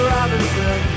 Robinson